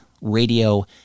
radio